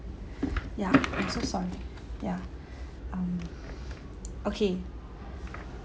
ya I'm so sorry ya um okay